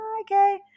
okay